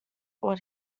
what